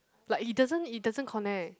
like it doesn't it doesn't connect